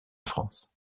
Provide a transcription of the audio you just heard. france